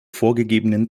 vorgegebenen